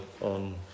on